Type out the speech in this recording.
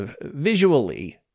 visually